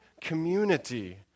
community